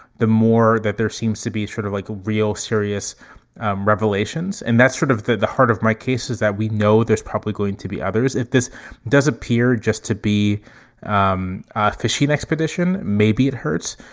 the more that there seems to be sort of like a real serious revelations. and that's sort of the the heart of my cases that we know there's probably going to be others. if this does appear just to be um a fishing expedition, maybe it hurts.